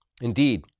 Indeed